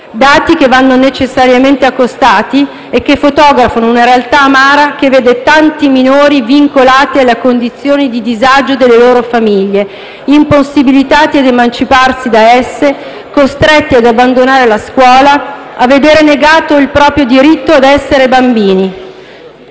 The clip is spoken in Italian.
Dati che vanno necessariamente accostati, che fotografano una realtà amara, che vede tanti minori vincolati alle condizioni di disagio delle loro famiglie, impossibilitati a emanciparsi da esse, costretti ad abbandonare la scuola e a vedere negato il proprio diritto a essere bambini.